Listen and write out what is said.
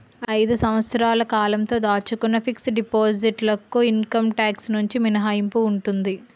ఐదు సంవత్సరాల కాలంతో దాచుకున్న ఫిక్స్ డిపాజిట్ లకు ఇన్కమ్ టాక్స్ నుంచి మినహాయింపు ఉంటుంది